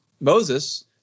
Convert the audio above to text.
Moses